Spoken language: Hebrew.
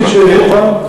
סליחה?